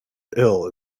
ill